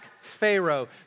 Pharaoh